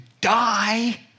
die